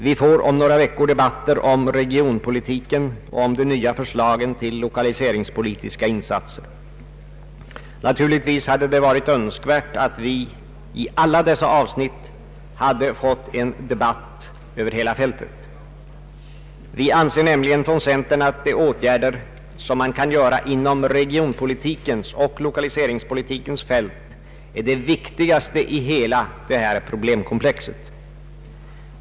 Vi får om några veckor debatter om regionpolitiken och om de nya förslagen till lokaliseringspolitiska insatser. Naturligtvis hade det varit önskvärt att vi beträffande alla dessa avsnitt fått en debatt över hela fältet. Vi anser nämligen inom centern att de åtgärder man kan vidta på regionpolitikens och lokaliseringspolitikens fält är det viktigaste i hela detta problemkomplex.